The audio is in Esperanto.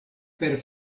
per